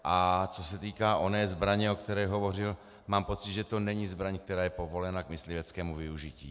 A co se týká oné zbraně, o které hovořil, mám pocit, že to není zbraň, která je povolena k mysliveckému využití.